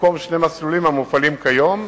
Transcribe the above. במקום שני מסלולים המופעלים כיום,